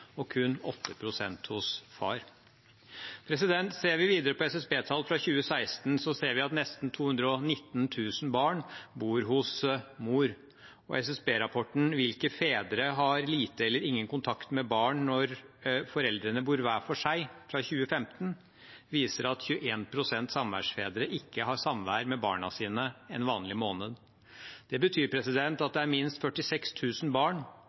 og kun 8 pst. hos far. Ser vi videre på SSB-tall fra 2016, ser vi at nesten 219 000 barn bor hos mor, og SSB-rapporten «Hvilke fedre har lite eller ingen kontakt med barna når foreldrene bor hver for seg?», fra 2015, viser at 21 pst. samværsfedre ikke har samvær med barna sine en vanlig måned. Det betyr at det er minst 46 000 barn